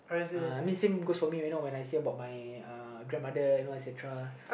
uh I mean same goes for me you know when I say about my uh grandmother you know etcetera